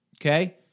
okay